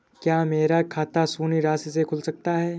क्या मेरा खाता शून्य राशि से खुल सकता है?